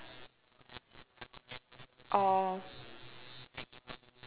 orh